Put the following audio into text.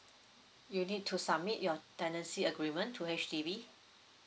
you need to submit your tenancy agreement to H_D_B